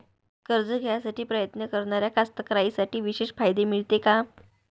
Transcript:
कर्ज घ्यासाठी प्रयत्न करणाऱ्या कास्तकाराइसाठी विशेष फायदे मिळते का?